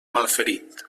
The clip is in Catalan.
malferit